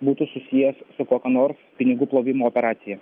būtų susijęs su kokia nors pinigų plovimo operacija